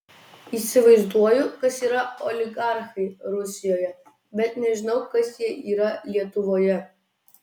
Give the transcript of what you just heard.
įsivaizduoju kas yra oligarchai rusijoje bet nežinau kas jie yra lietuvoje